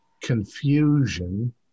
confusion